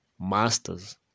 masters